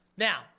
Now